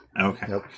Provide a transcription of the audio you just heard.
Okay